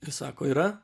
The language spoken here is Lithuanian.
ir sako yra